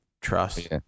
trust